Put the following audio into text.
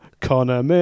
connor